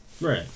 Right